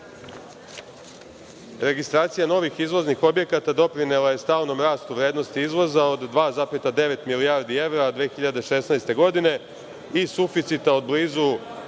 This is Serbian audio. šljiva.`Registracija novih izvoznih objekata doprinela je stalnom rastu vrednosti izvoza od 2,9 milijardi evra, a 2016. godine i suficita od blizu